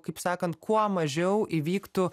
kaip sakant kuo mažiau įvyktų